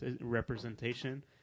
representation –